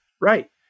Right